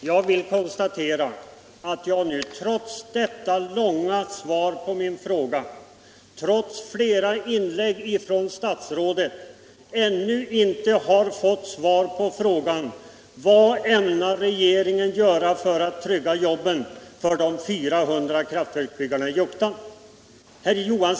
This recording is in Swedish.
Herr talman! Jag konstaterar att jag trots detta långa skriftliga svar på min fråga och trots flera inlägg från statsrådet ännu inte har fått svar på frågan: Vad ämnar regeringen göra för att trygga jobben för de 400 kraftverksbyggarna i Juktan?